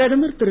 பிரதமர் திரு